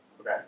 Okay